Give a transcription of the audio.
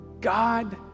God